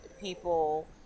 people